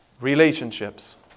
Relationships